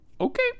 Okay